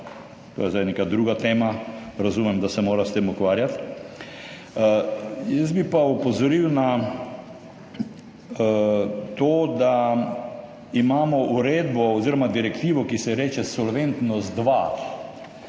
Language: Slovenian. to je zdaj neka druga tema, razumem, da se mora s tem ukvarjati. Jaz bi pa opozoril na to, da imamo uredbo oziroma direktivo, ki se ji reče solventnost 2.